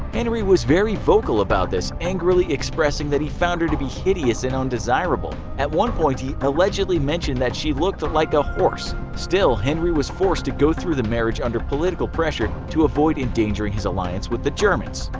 henry was very vocal about this, angrily expressing that he found her to be hideous and undesirable. at one point, he allegedly mentioned that she looked like a horse. still, henry was forced to go through with the marriage under political pressure to avoid endangering his alliance with the germans.